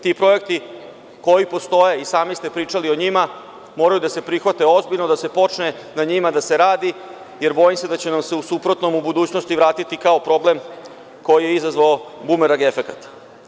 Ti projekti koji postoje, i sami ste pričali o njima, moraju da se prihvate, ozbiljno da se počne na njima da se radi jer bojim se da će nam se, u suprotnom, u budućnosti vratiti kao problem koji je izazvao bumerang efekat.